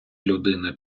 людина